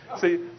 See